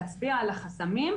להצביע על החסמים,